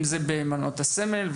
אם זה במעונות הסמל,